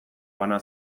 bana